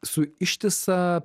su ištisa